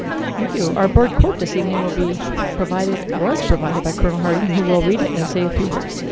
thank you. our board quote this evening will be provided was provided by colonel harting, who will read it and say a few words.